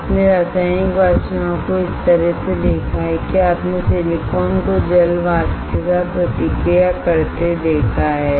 आपने रासायनिक वाष्प जमाव को इस तरह से देखा है कि आपने सिलिकॉन को जल वाष्प के साथ प्रतिक्रिया करते देखा है